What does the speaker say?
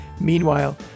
Meanwhile